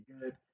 good